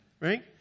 Right